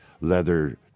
leather